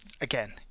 again